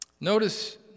Notice